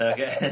Okay